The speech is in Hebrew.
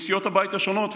מסיעות הבית השונות,